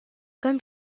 comme